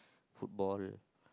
football